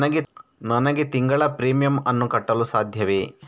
ನನಗೆ ತಿಂಗಳ ಪ್ರೀಮಿಯಮ್ ಅನ್ನು ಕಟ್ಟಲು ಸಾಧ್ಯವೇ?